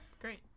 Great